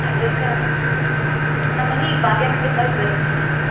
ಅದಕ್ಕೆ ನಮ್ಮ ಮನೆ ಈಗ ಭಾಗ್ಯನಗರ್ದಾಗ ಬರತ್ತೆ ರೀ ಸರ್